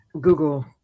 Google